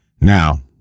Now